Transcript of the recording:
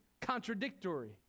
contradictory